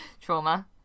Trauma